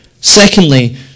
Secondly